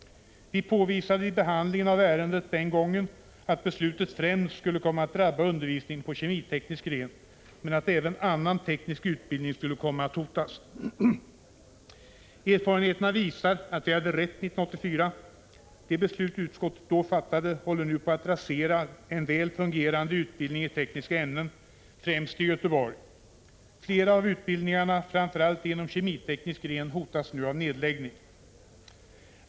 Vi påvisade vid behandlingen av ärendet den gången att beslutet främst skulle komma att drabba undervisningen på kemiteknisk gren, men att även annan teknisk utbildning skulle komma att hotas. Erfarenheterna visar att vi hade rätt 1984. Det beslut som riksdagen på förslag av utskottet då fattade håller nu på att rasera en väl fungerande utbildning i tekniska ämnen, främst i Göteborg. Flera av utbildningarna, framför allt de inom kemiteknisk gren, hotas av nedläggning.